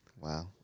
Wow